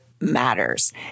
matters